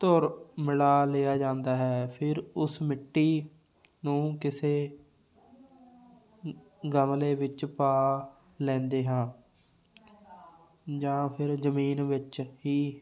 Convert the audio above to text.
ਧੁਰ ਮਿਲਾ ਲਿਆ ਜਾਂਦਾ ਹੈ ਫਿਰ ਉਸ ਮਿੱਟੀ ਨੂੰ ਕਿਸੇ ਗਮਲੇ ਵਿੱਚ ਪਾ ਲੈਂਦੇ ਹਾਂ ਜਾਂ ਫਿਰ ਜ਼ਮੀਨ ਵਿੱਚ ਹੀ